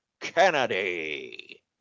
Kennedy